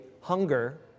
hunger